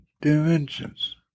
dimensions